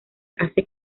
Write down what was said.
hace